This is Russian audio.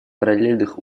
параллельных